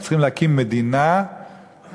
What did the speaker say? הם צריכים להקים מדינה עצמאית,